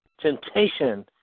temptation